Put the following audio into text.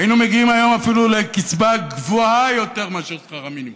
היינו מגיעים היום אפילו לקצבה גבוהה יותר מאשר שכר המינימום.